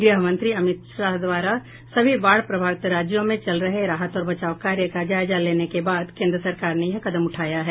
गृह मंत्री अमित शाह द्वारा सभी बाढ़ प्रभावित राज्यों में चल रहे राहत और बचाव कार्य का जायजा लेने के बाद केन्द्र सरकार ने यह कदम उठाया है